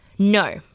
No